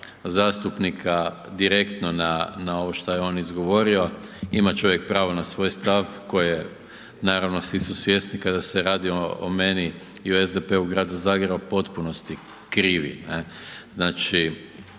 zastupnika direktno na ovo što je on izgovorio. Ima čovjek pravo na svoj stav, koji je, naravno svi su svjesni kada se radio o meni i o SDP-u Grada Zagreba u potpunosti krivi, ne. Znači